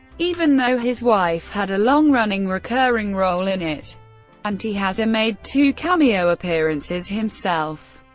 even though his wife had a long-running recurring role in it and he has made two cameo appearances himself.